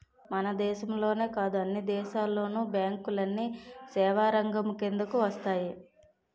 మన దేశంలోనే కాదు అన్ని దేశాల్లోను బ్యాంకులన్నీ సేవారంగం కిందకు వస్తాయి